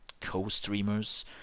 co-streamers